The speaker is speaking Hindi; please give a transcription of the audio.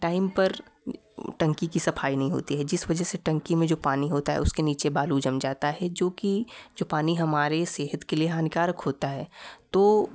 टाइम पर टंकी की सफाई नहीं होती है जिस वजह से टंकी में जो पानी होता है उसके नीचे बालू जम जाता है जो कि जो पानी हमारे सेहत के लिए हानिकारक होता है तो